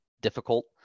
difficult